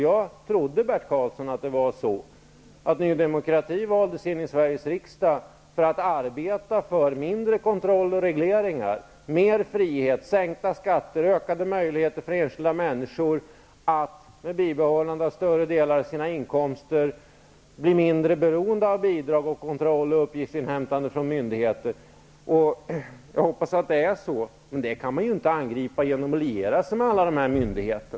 Jag trodde att Ny demokrati valdes in i Sveriges riksdag för att arbeta för mindre kontroll och regleringar, mer frihet, sänkta skatter, ökade möjligheter för enskilda människor att med bibehållande av större delen av sina inkomster bli mindre beroende av bidrag och kontroll och uppgiftsinhämtande från myndigheter. Jag hoppas att det är så. Men det kan man inte angripa genom att liera sig med alla dessa myndigheter.